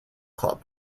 club